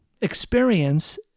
experience